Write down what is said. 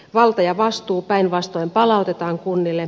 valta ja vastuu päinvastoin palautetaan kunnille